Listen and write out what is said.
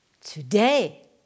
today